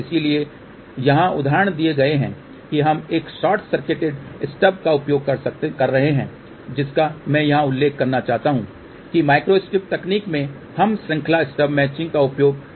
इसलिए यहां उदाहरण दिए गए हैं कि हम एक शॉर्ट सर्किटेड स्टब का उपयोग कर रहे हैं जिसका मैं यहां उल्लेख करना चाहता हूं कि माइक्रोस्ट्रिप तकनीक में हम श्रृंखला स्टब मैचिंग का उपयोग नहीं करते हैं